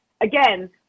again